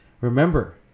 remember